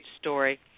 story